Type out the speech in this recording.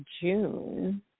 June